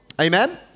Amen